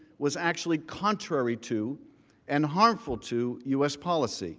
was actually contrary to and harmful to u s. policy